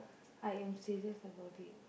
I am serious about it